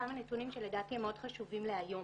כמה נתונים שלדעתי מאוד חשובים להיום